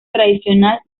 tradicional